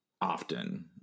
Often